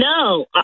No